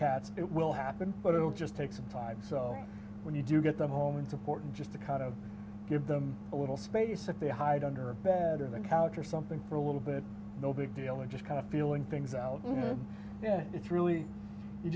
cats it will happen but it will just take some five so when you do get them home and support and just to kind of give them a little space if they hide under a bed or the couch or something for a little bit no big deal and just kind of feeling things out you know it's really you